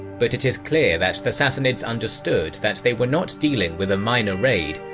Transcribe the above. but it is clear that the sassanids understood that they were not dealing with a minor raid,